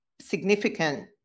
significant